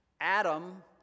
Adam